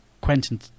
Quentin